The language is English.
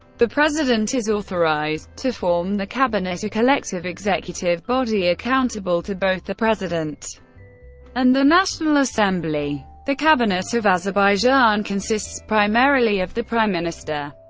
the president is authorized to form the cabinet, a collective executive body, accountable to both the president and the national assembly. the cabinet of azerbaijan consists primarily of the prime minister,